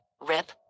rip